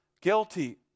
guilty